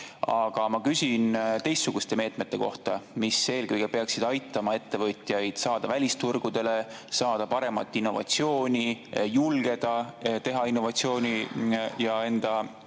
aga ma küsin teistsuguste meetmete kohta, mis eelkõige peaksid aitama ettevõtjail saada välisturgudele, saada ja julgeda teha innovatsiooni, et enda